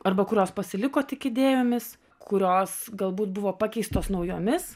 arba kurios pasiliko tik idėjomis kurios galbūt buvo pakeistos naujomis